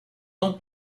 dans